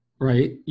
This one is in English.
right